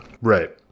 right